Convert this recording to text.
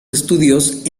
estudios